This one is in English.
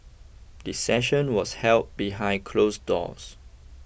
the session was held behind closed doors